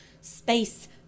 space